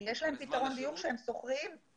כי שם הם נ מצאים לבד,